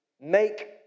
make